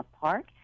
Park